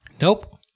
Nope